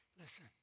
listen